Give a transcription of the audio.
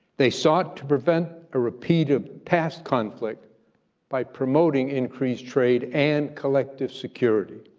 they sought to prevent a repeat of past conflict by promoting increased trade and collective security,